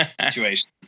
situation